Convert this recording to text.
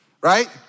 Right